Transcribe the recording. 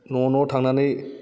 न' न' थांनानै